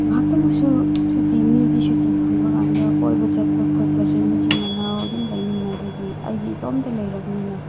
ꯉꯥꯏꯍꯥꯛꯇꯪꯁꯨ ꯁꯨꯇꯤ ꯃꯤꯗꯤ ꯁꯨꯇꯤ ꯐꯪꯕ ꯀꯥꯟꯗ ꯀꯣꯏꯕ ꯆꯠꯄ ꯈꯣꯠꯄꯁꯦ ꯃꯆꯤꯟ ꯃꯅꯥꯎ ꯑꯗꯨꯝ ꯂꯩꯃꯤꯟꯅꯕꯒꯤ ꯑꯩꯗꯤ ꯏꯇꯣꯝꯇꯥ ꯂꯩꯔꯕꯅꯤꯅ